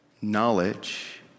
knowledge